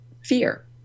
fear